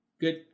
Good